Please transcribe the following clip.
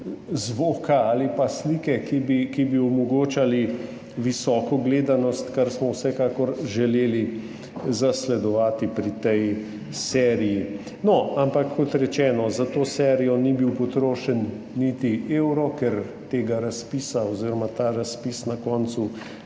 zvoka ali slike, ki bi omogočali visoko gledanost, kar smo vsekakor želeli zasledovati pri tej seriji. Ampak, kot rečeno, za to serijo ni bil potrošen niti evro, ker ta razpis na koncu